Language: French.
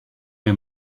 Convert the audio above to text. est